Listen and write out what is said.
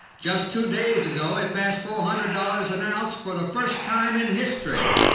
just two days ago it passed four hundred dollars an ounce for the first time in history.